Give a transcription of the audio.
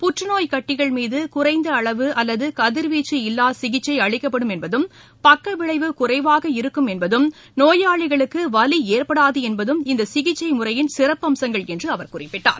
புற்றநோய் கட்டிகள் மீது குறைந்த அளவு அல்லது கதிர்வீச்சு இல்லா சிகிச்சை அளிக்கப்படும் என்பதும் பக்கவிளைவு குறைவாக இருக்கும் என்பதும் நோயாளிகளுக்கு வலி ஏற்படாது என்பதும் இந்த சிகிச்சை முறையின் சிறப்பு அம்சங்கள் என்று அவர் குறிப்பிட்டார்